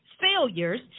failures